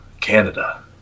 Canada